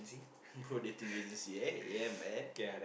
pro dating agency eh yeah man